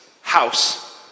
house